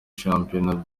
shampiyona